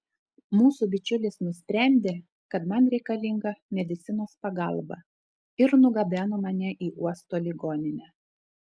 mūsų bičiulis nusprendė kad man reikalinga medicinos pagalba ir nugabeno mane į uosto ligoninę